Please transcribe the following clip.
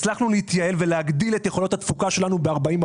הצלחנו להתייעל ולהגדיל את יכולות התפוקה שלנו ב-40%.